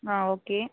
okay